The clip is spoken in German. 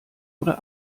oder